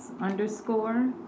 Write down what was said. underscore